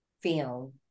film